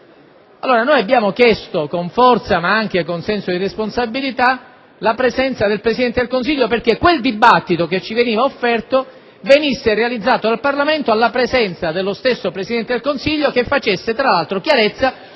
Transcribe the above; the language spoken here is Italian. lato. Noi abbiamo chiesto con forza, ma anche con senso di responsabilità, la presenza del Presidente del Consiglio perché quel dibattito offertoci avvenisse in Parlamento alla presenza dello stesso Presidente del Consiglio affinché facesse tra l'altro chiarezza